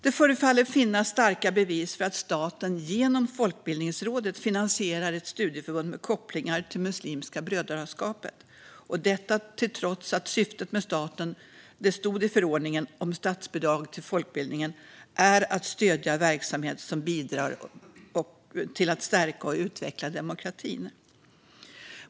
Det förefaller finnas starka bevis för att staten genom Folkbildningsrådet finansierar ett studieförbund med kopplingar till Muslimska brödraskapet, och detta trots att syftet med stödet enligt förordningen om statsbidrag till folkbildningen är att stödja verksamhet som bidrar till att stärka och utveckla demokratin.